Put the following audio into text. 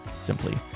simply